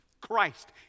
Christ